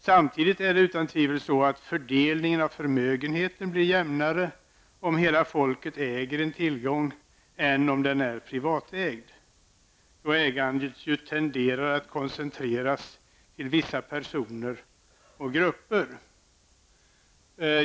Samtidigt blir utan tvivel fördelningen av förmögenheten jämnare om hela folket äger en tillgång än om den är privatägd, då ägandet tenderar att koncentreras till vissa personer eller grupper.